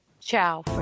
ciao